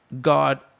God